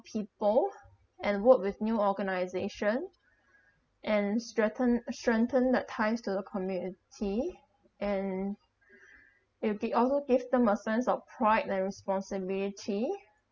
people and work with new organisation and strengthen strengthen the ties to the community and it'll be also give them of sense of pride and responsibility